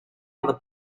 other